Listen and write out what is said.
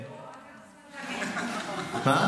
אני רוצה תגובה.